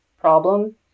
problem